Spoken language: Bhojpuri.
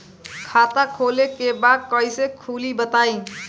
खाता खोले के बा कईसे खुली बताई?